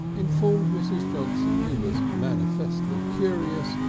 informed mrs. johnson, who was manifestly curious,